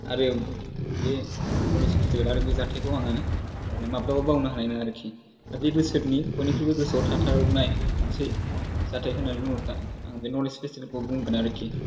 आरो बे knowledge festival आरो बे जाथायखौ आङो माब्लाबाबो बावनो हानाय नङा आरखि दा बे बोसोरनि बयनिख्रुबो गोसोआव थाथावनाय मोनसे जाथाय होन्नानै बुङोब्ला आं बे नलेज फेसटिबेलखौ बुंगोन आरखि